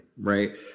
right